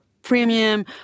Premium